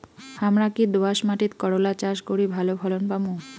হামরা কি দোয়াস মাতিট করলা চাষ করি ভালো ফলন পামু?